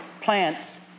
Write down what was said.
plants